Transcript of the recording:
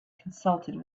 consulted